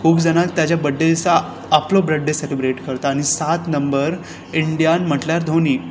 खूब जाणां ताज्या बर्डे दिसा आपलो बर्डे सेलिब्रेट करता आनी सात नंबर इंडियान म्हणल्यार धोनी